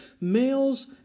males